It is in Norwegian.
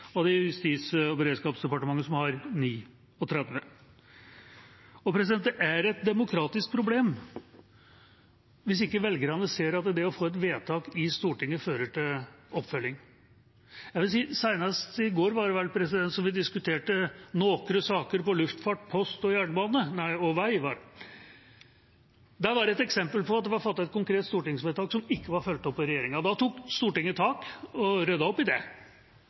og det er Justis- og beredskapsdepartementet, som har 39. Det er et demokratisk problem hvis ikke velgerne ser at det å få et vedtak i Stortinget fører til oppfølging. Seinest i går, var det vel, diskuterte vi «Nokre saker om luftfart, veg og post». Da var det et eksempel på at det var fattet et konkret stortingsvedtak som ikke var fulgt opp av regjeringa. Da tok Stortinget tak og ryddet opp i det.